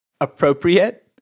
appropriate